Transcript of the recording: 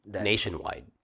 nationwide